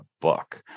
book